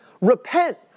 Repent